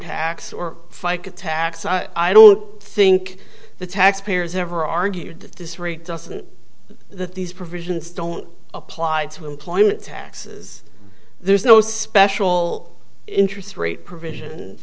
tax or fica tax i don't think the tax payers ever argued that this rate doesn't that these provisions don't apply to employment taxes there's no special interest rate provision